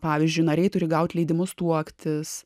pavyzdžiui nariai turi gauti leidimus tuoktis